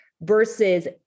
versus